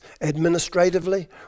administratively